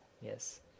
Yes